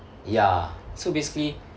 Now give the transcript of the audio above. ya so basically